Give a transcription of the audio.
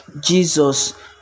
Jesus